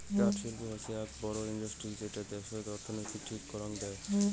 কাঠ শিল্প হৈসে আক বড় ইন্ডাস্ট্রি যেটা দ্যাশতের অর্থনীতির ঠিক করাং দেয়